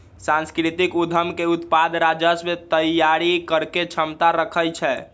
सांस्कृतिक उद्यम के उत्पाद राजस्व तइयारी करेके क्षमता रखइ छै